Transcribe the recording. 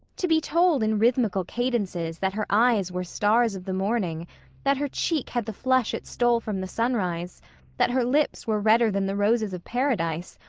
to be told in rhythmical cadences that her eyes were stars of the morning that her cheek had the flush it stole from the sunrise that her lips were redder than the roses of paradise,